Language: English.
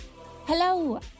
Hello